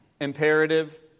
imperative